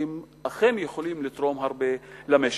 והם אכן יכולים לתרום הרבה למשק.